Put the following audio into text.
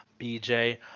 BJ